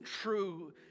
true